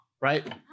right